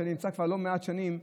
ואני נמצא כבר לא מעט שנים,